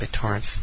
BitTorrent